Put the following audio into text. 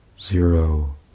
Zero